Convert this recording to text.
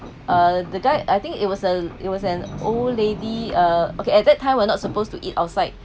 uh the guy I think it was a it was an old lady uh okay at that time we're not supposed to eat outside